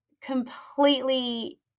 completely